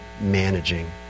managing